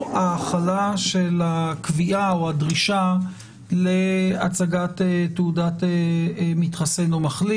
ההבחנה של הקביעה או הדרישה להצגת תעודת מתחסן או מחלים.